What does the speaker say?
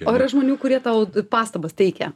o yra žmonių kurie tau pastabas teikia